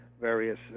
various